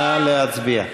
נא להצביע.